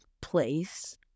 place